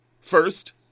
First